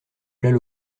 plats